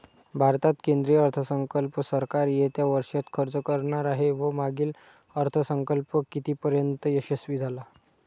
भारतात केंद्रीय अर्थसंकल्प सरकार येत्या वर्षात खर्च करणार आहे व मागील अर्थसंकल्प कितीपर्तयंत यशस्वी झाला